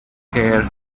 hair